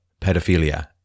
pedophilia